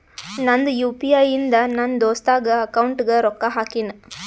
ನಂದ್ U P I ಇಂದ ನನ್ ದೋಸ್ತಾಗ್ ಅಕೌಂಟ್ಗ ರೊಕ್ಕಾ ಹಾಕಿನ್